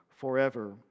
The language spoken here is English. forever